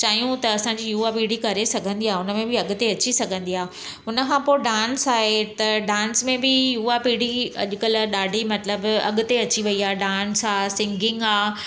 चाहियूं त असांजी युवा पीढ़ी करे सघंदी आहे हुन में बि अॻिते अची सघंदी आहे हुनखां पोइ डांस आहे त डांस में बि युवा पीढ़ी अॼुकल्ह ॾाढी मतिलबु अॻिते अची वई आहे डांस आहे सिंगिंग आहे